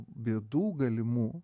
bėdų galimų